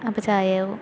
അപ്പോൾ ചായയാവും